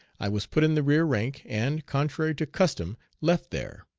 i was put in the rear rank, and, contrary to custom, left there.